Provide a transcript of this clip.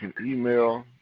email